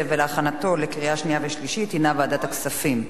להכנתה לקריאה שנייה וקריאה שלישית הינה ועדת הכספים.